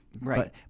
right